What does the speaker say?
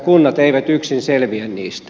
kunnat eivät yksin selviä niistä